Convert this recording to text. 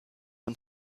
und